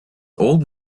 old